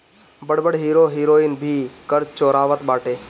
बड़ बड़ hero heroine भी कर चोरावत बाटे